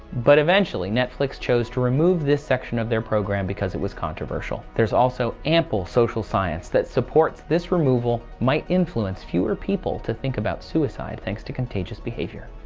but eventually netflix chose to remove this section of their program because it was controversial. there's also ample social science that supports this removal might influence fewer people to think about suicide thanks to contagious behavior.